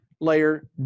layer